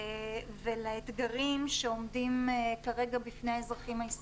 ולאתגרים שעומדים כרגע בפני האזרחים הישראלים.